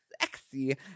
sexy